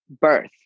birth